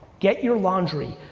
get your laundry,